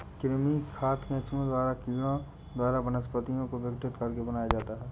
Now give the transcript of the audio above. कृमि खाद केंचुआ और कीड़ों द्वारा वनस्पतियों को विघटित करके बनाया जाता है